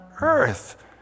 earth